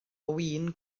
win